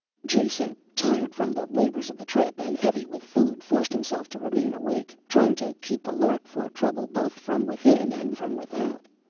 jason, tired from the labors of the trip and heavy with food, forced himself to remain awake, trying to keep alert for trouble both from within and from without.